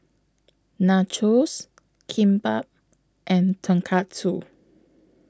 Nachos Kimbap and Tonkatsu